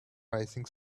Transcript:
rising